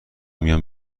میام